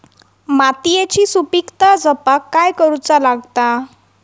मातीयेची सुपीकता जपाक काय करूचा लागता?